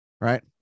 Right